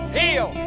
heal